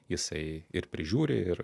jisai ir prižiūri ir